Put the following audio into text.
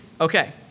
Okay